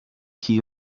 key